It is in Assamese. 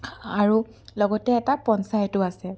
আৰু লগতে এটা পঞ্চায়তো আছে